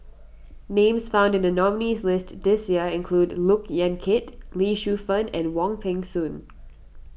names found in the nominees' list this year include Look Yan Kit Lee Shu Fen and Wong Peng Soon